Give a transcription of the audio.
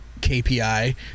KPI